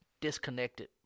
disconnected